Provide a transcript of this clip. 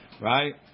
right